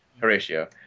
Horatio